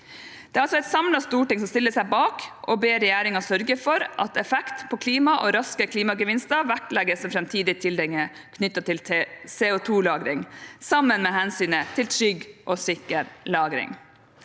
Det er et samlet storting som stiller seg bak og ber regjeringen sørge for at effekt på klimaet og raske klimagevinster vektlegges ved framtidige tildelinger knyttet til CO2-lagring sammen med hensynet til trygg og sikker lagring.